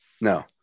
No